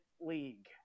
league